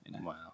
Wow